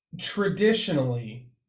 traditionally